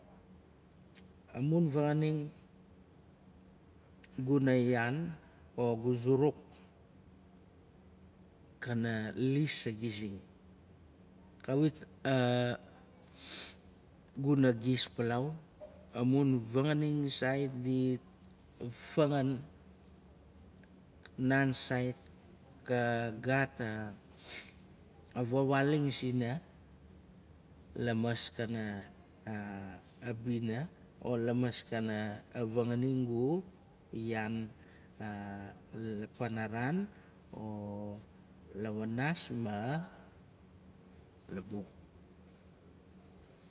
A mun vanganing guna yaan, ogu zuruk. kana lis a gizing. Kawit guna gis palaau. Amun fanganing sait dit fangan. naan saait ka gaat a vawaaling sina. lamaskana bina o lamaskana vanganing ga yaan. Panaran. Lawaanaas. ma labung.